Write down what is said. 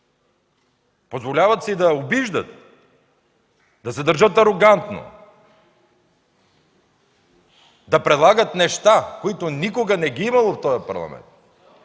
Позволяват си да обиждат, да се държат арогантно, да предлагат неща, които никога не е имало в този Парламент,